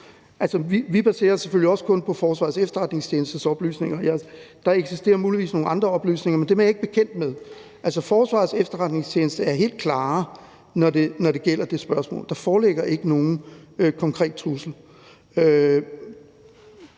vi baserer os selvfølgelig også kun på Forsvarets Efterretningstjenestes oplysninger. Der eksisterer muligvis nogle andre oplysninger, men dem er jeg ikke bekendt med. Altså, Forsvarets Efterretningstjeneste er helt klare, når det gælder det spørgsmål. Der foreligger ikke nogen konkret trussel.